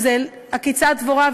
עקיצת דבורה,